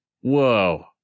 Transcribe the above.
Whoa